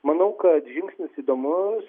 manau kad žingsnis įdomus